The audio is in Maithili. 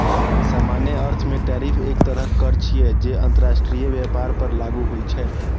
सामान्य अर्थ मे टैरिफ एक तरहक कर छियै, जे अंतरराष्ट्रीय व्यापार पर लागू होइ छै